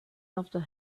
after